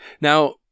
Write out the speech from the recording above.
Now